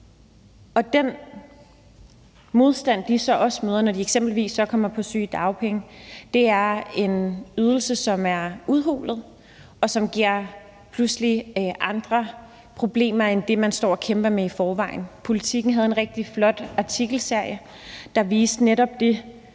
arbejde. Det, de så møder, når de eksempelvis kommer på sygedagpenge, er en ydelse, som er udhulet, og som pludselig giver andre problemer end dem, man står og kæmper med i forvejen. Politiken havde en rigtig flot artikelserie, der viste netop det